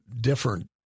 different